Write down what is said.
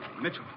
Mitchell